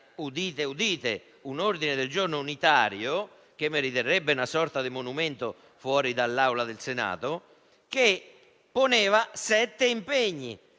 udite bene: un ordine del giorno unitario, che meriterebbe una sorta di monumento fuori dall'Aula del Senato - contenente sette impegni.